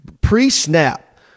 pre-snap